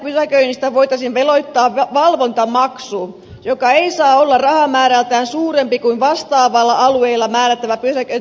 luvattomasta pysäköinnistä voitaisiin veloittaa valvontamaksu joka ei saa olla rahamäärältään suurempi kuin vastaavalla alueella määrättävä pysäköintivirhemaksu